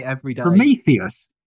Prometheus